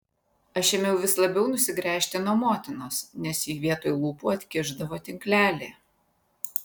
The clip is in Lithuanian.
aš ėmiau vis labiau nusigręžti nuo motinos nes ji vietoj lūpų atkišdavo tinklelį